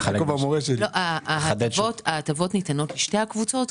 ההטבות ניתנות לשתי הקבוצות,